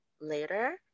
later